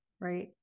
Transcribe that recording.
right